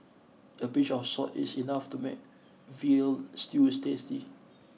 a pinch of salt is enough to make veal stews tasty